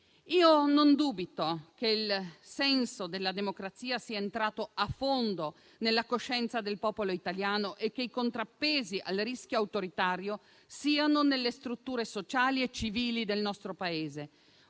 Io non dubito che il senso della democrazia sia entrato a fondo nella coscienza del popolo italiano e che i contrappesi al rischio autoritario siano nelle strutture sociali e civili del nostro Paese.